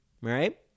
right